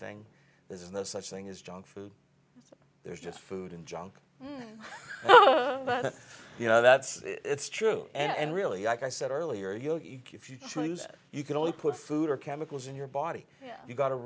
thing there's no such thing as junk food there's just food and junk well you know that's it's true and really like i said earlier you know if you you can only put food or chemicals in your body you've got